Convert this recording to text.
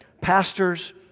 Pastors